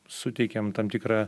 suteikiam tam tikrą